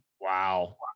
Wow